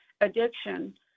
addiction